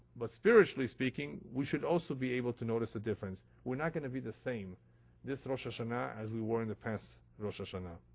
but spiritually speaking, we should also be able to notice the difference. we're not going to be the same this rosh hashana as we were in the past rosh hashanah.